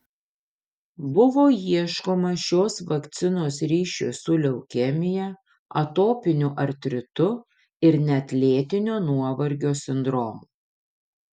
buvo ieškoma šios vakcinos ryšio su leukemija atopiniu artritu ir net lėtinio nuovargio sindromu